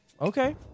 Okay